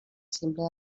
simple